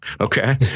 Okay